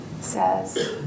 says